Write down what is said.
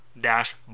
dash